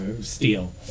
Steel